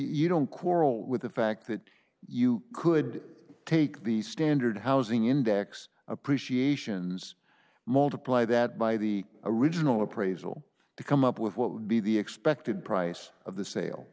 you don't quarrel with the fact that you could take the standard housing index appreciations multiply that by the original appraisal to come up with what would be the expected price of the sale